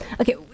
okay